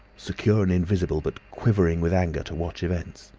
secure and invisible, but quivering with anger, to watch events.